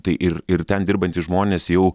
tai ir ir ten dirbantys žmonės jau